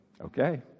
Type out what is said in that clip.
Okay